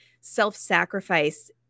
self-sacrifice